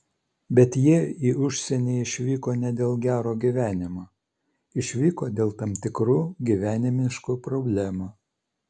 bet jie į užsienį išvyko ne dėl gero gyvenimo išvyko dėl tam tikrų gyvenimiškų problemų